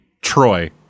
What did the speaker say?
Troy